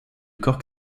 cork